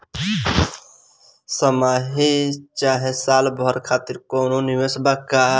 छमाही चाहे साल भर खातिर कौनों निवेश बा का?